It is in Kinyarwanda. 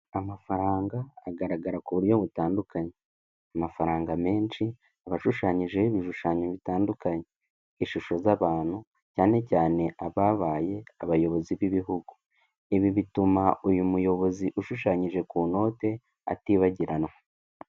Amafaranga agaragara ku buryo butandukanye. Amafaranga menshi aba ashushanyijeho ibishushanyo bitandukanye, ishusho z'abantu, cyane cyane ababaye abayobozi b'ibihugu. Ibi bituma uyu muyobozi ushushanyije ku note atibagiranwa.